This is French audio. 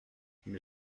mais